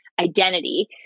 identity